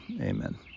Amen